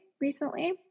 recently